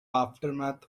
aftermath